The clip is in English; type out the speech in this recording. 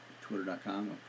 Twitter.com